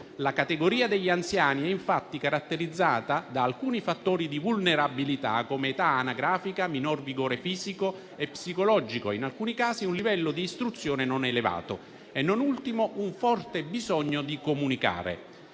La categoria degli anziani è infatti caratterizzata da alcuni fattori di vulnerabilità, come l'età anagrafica, il minor vigore fisico e psicologico, in alcuni casi un livello di istruzione non elevato e, non ultimo, un forte bisogno di comunicare.